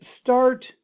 start